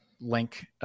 link